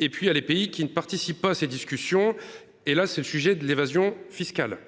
et puis à les pays qui ne participe à ces discussions et là c'est le sujet de l'évasion fiscale.